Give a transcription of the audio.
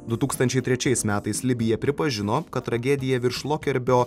du tūkstančiai trečiais metais libija pripažino kad tragedija virš lokerbio